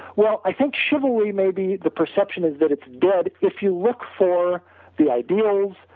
well i think chivalry maybe the perception is that it's dead, if you look for the ideas,